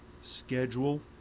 schedule